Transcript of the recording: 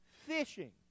fishing